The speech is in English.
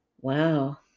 Wow